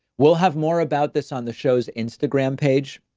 we'll have more about this on the show's instagram page.